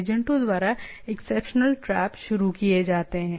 एजेंटों द्वारा exception trap शुरू किए जाते हैं